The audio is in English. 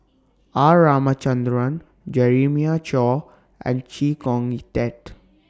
R Ramachandran Jeremiah Choy and Chee Kong Tet